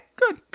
Good